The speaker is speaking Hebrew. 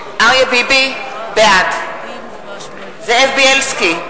ביבי, בעד זאב בילסקי,